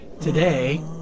Today